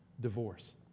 Divorce